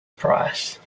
price